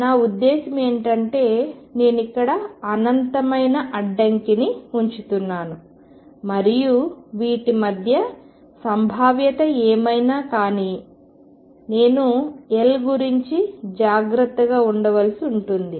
నా ఉద్దేశం ఏమిటంటే నేను ఇక్కడ అనంతమైన అడ్డంకిని ఉంచుతున్నాను మరియు వీటి మధ్య సంభావ్యత ఏమైనా కానీ నేను L గురించి జాగ్రత్తగా ఉండవలసి ఉంటుంది